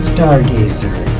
Stargazer